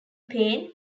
pain